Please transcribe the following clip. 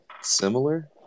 similar